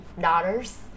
daughters